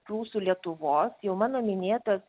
prūsų lietuvos jau mano minėtas